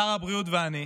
שר הבריאות ואני,